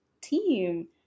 team